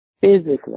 physically